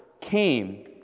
came